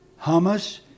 Hummus